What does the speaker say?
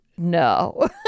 No